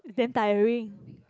damn tiring